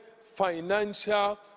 financial